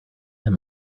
him